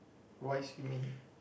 why swimming